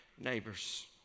neighbors